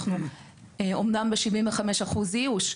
אנחנו אומנם ב-75% איוש,